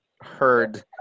heard